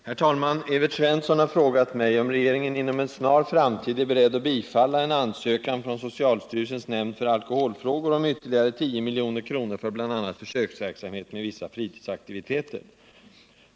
Herr talman! Evert Svensson har frågat mig om regeringen inom en snar framtid är beredd att bifalla en ansökan från socialstyrelsens nämnd för alkoholfrågor om ytterligare 10 milj.kr. för bl.a. försöksverksamhet med vissa fritidsaktiviteter.